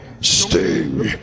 Sting